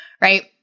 right